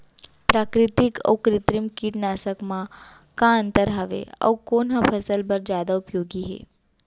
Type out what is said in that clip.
प्राकृतिक अऊ कृत्रिम कीटनाशक मा का अन्तर हावे अऊ कोन ह फसल बर जादा उपयोगी हे?